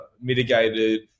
mitigated